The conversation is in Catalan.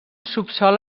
subsòl